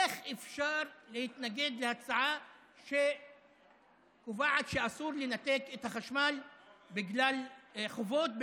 איך אפשר להתנגד להצעה שקובעת שאסור לנתק את החשמל בגלל חובות,